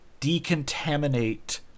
decontaminate